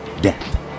Death